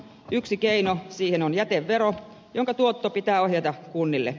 yksi keino siihen on jätevero jonka tuotto pitää ohjata kunnille